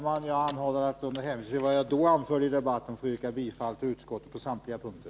Fru talman! Jag ber att med hänvisning till vad jag anförde i den tidigare debatten få yrka bifall till utskottets hemställan på samtliga punkter.